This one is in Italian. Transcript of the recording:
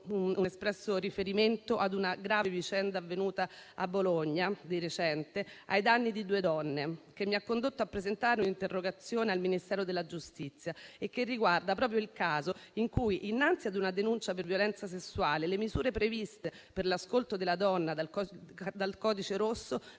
un espresso riferimento a una grave vicenda avvenuta a Bologna di recente, ai danni di due donne, che mi ha condotto a presentare un'interrogazione al Ministro della giustizia e che riguarda proprio il caso in cui innanzi a una denuncia per violenza sessuale, le misure previste dal codice rosso